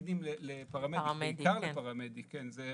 כי אתם מציעים להכניס אותם כאן להצעת החוק כתשתית